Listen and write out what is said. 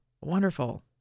Wonderful